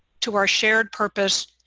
to our shared purpose,